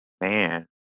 Man